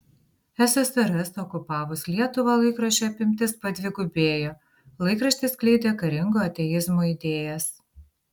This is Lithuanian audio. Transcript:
ssrs okupavus lietuvą laikraščio apimtis padvigubėjo laikraštis skleidė karingo ateizmo idėjas